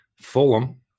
Fulham